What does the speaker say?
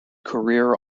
career